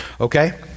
okay